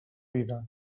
vida